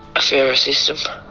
a fairer system.